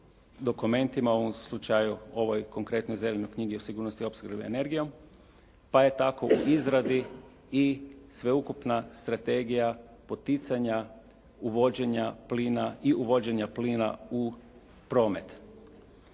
dokumentima u ovom slučaju ovoj konkretnoj Zelenoj knjizi o sigurnosti opskrbe energijom, pa je tako u izradi i sveukupna strategija poticanja i uvođenja plina u promet.